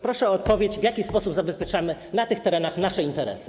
Proszę o odpowiedź na pytanie, w jaki sposób zabezpieczamy na tych terenach nasze interesy.